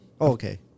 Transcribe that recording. Okay